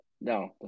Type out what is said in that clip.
No